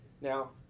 Now